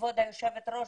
כבוד היושבת-ראש,